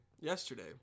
yesterday